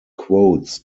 quotes